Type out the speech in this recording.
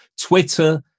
Twitter